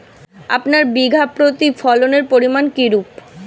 আপনার বিঘা প্রতি ফলনের পরিমান কীরূপ?